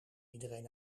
iedereen